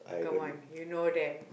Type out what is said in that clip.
come on you know them